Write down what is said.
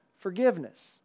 forgiveness